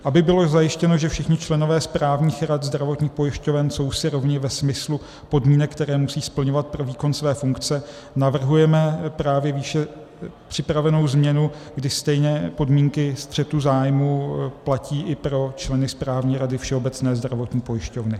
Aby bylo zajištěno, že všichni členové správních rad zdravotních pojišťoven jsou si rovni ve smyslu podmínek, které musí splňovat pro výkon své funkce, navrhujeme právě výše připravenou změnu, kdy stejné podmínky střetu zájmů platí i pro členy Správní rady Všeobecné zdravotní pojišťovny.